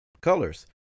colors